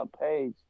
page